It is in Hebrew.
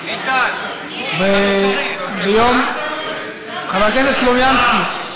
חבר הכנסת סלומינסקי,